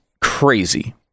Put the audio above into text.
crazy